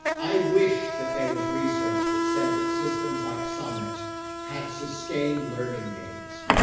i wish that there was research that said that systems like summit had sustained learning games.